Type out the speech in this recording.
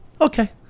Okay